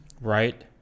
right